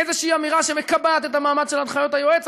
איזושהי אמירה שמקבעת את המעמד של הנחיות היועץ.